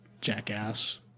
jackass